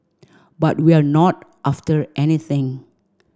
but we're not after anything